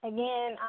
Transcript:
Again